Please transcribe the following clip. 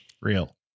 Real